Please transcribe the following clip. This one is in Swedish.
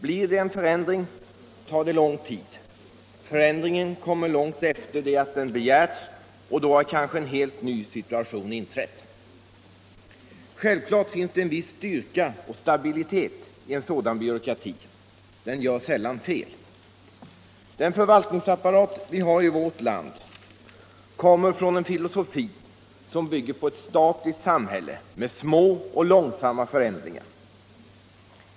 Blir det en förändring, kommer den långt efter det att den har begärts, och då har kanske en helt ny situation inträtt. Självklart finns det en viss styrka och stabilitet i en sådan byråkrati. Den gör sällan några fel. Den förvaltningsapparat som vi har i vårt land kommer från en filosofi, som bygger på ett statiskt samhälle med små och långsamma förändringar.